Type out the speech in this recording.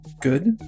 Good